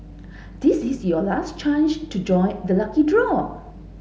this is your last chance to join the lucky draw